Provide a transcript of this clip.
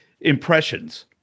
impressions